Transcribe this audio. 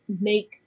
make